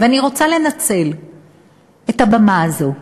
אני רוצה לנצל את הבמה הזאת,